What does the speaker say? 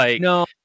no